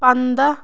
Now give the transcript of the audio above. پَنداہ